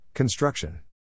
Construction